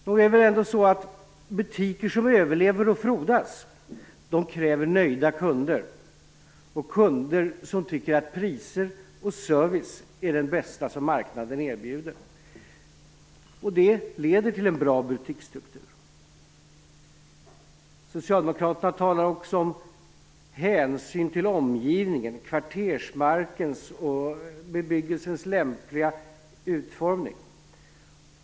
Nog är det väl så att butiker som överlever och frodas kräver nöjda kunder, dvs. kunder som tycker att priser och service är de bästa som marknaden erbjuder. Det leder till en bra butiksstruktur. Socialdemokraterna talar också om hänsyn till omgivningen och kvartersmarkens och bebyggelsens lämpliga utformning.